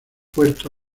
puerto